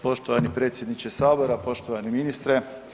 Poštovani predsjedniče Sabora, poštovani ministre.